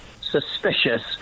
suspicious